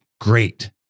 great